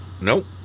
Nope